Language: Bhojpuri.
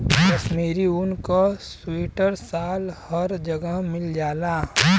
कशमीरी ऊन क सीवटर साल हर जगह मिल जाला